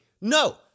No